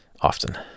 Often